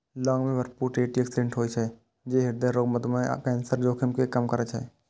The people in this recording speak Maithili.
लौंग मे भरपूर एटी ऑक्सिडेंट होइ छै, जे हृदय रोग, मधुमेह आ कैंसरक जोखिम कें कम करै छै